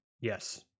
Yes